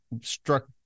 struck